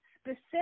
specific